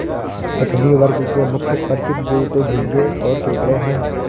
कठिनी वर्ग के मुख्य परिचित जीव तो झींगें और केकड़े हैं